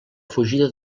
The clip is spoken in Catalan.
fugida